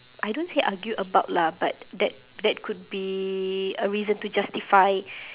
I don't say argue about lah but that that could be a reason to justify